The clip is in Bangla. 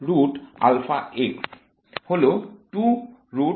অতএব হল